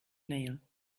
nail